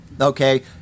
okay